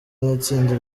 n’itsinda